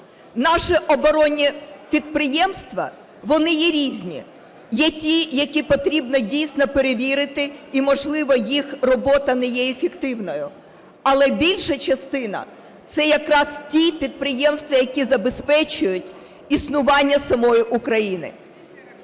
Наші оборонні підприємства, вони є різні: є ті, які потрібно дійсно перевірити і, можливо, їх робота не є ефективною, але більша частина – це якраз ті підприємства, які забезпечують існування самої України.